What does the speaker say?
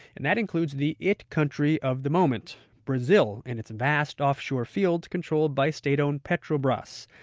and that includes the it country of the moment brazil, and its vast offshore fields controlled by state-owned petrobras.